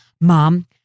mom